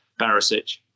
Barisic